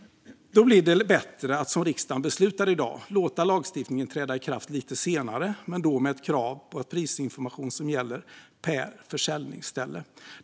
Då blir det bättre att, som riksdagen beslutar i dag, låta lagstiftningen träda i kraft lite senare och då med ett krav på prisinformation som gäller per försäljningsställe.